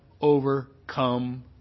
overcome